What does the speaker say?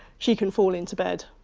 she can fall into bed,